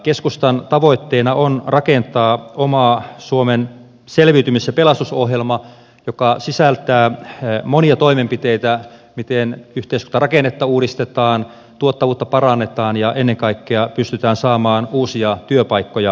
keskustan tavoitteena on rakentaa oma suomen selviytymis ja pelastusohjelma joka sisältää monia toimenpiteitä miten yhteiskuntarakennetta uudistetaan tuottavuutta parannetaan ja ennen kaikkea pystytään saamaan uusia työpaikkoja aikaan